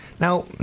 Now